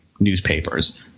Newspapers